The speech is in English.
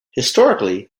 historically